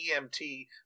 EMT